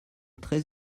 très